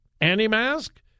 anti-mask